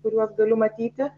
kuriuos galiu matyti